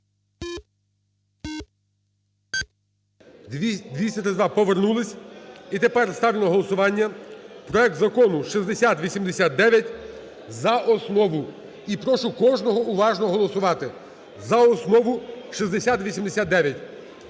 За-232 Повернулися. І тепер ставлю на голосування проекту Закону 6089 за основу, і прошу кожного уважно голосувати. За основу 6089.